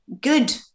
good